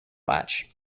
latch